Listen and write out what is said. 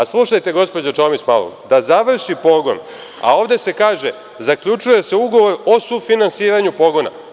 Slušajte, gospođo Čomić, malo, da završi pogon, a ovde se kaže – zaključuje se ugovor o sufinansiranju pogona.